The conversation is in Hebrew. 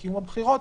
בקיום הבחירות,